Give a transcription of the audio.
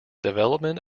development